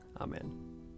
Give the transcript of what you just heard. Amen